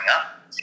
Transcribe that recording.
up